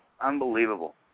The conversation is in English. unbelievable